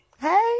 Hey